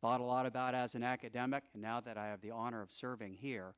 bought a lot about as an academic and now that i have the honor of serving here